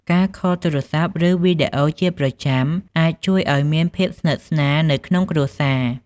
ការខលទូរស័ព្ទ ឬវីដេអូជាប្រចាំអាចជួយឲ្យមានភាពស្និទ្ធស្នាលនៅក្នុងគ្រួសារ។